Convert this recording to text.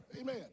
Amen